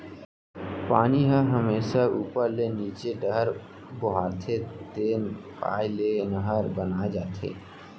पानी ह हमेसा उप्पर ले नीचे डहर बोहाथे तेन पाय ले नहर बनाए जाथे